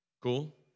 Cool